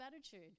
attitude